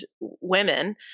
women